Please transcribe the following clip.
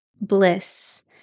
bliss